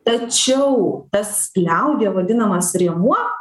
tačiau tas liaudyje vadinamas rėmuo